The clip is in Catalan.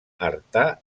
artà